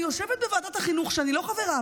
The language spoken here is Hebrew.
אני יושבת בוועדת החינוך שאני לא חברה